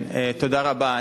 תודה רבה.